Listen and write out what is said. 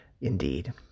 indeed